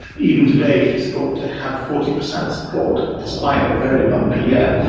even today he is thought to have forty percent support, despite a very bumpy year.